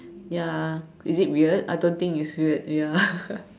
ya is it weird I don't think it's weird ya